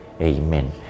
Amen